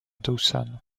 dawson